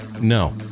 No